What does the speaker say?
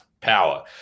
power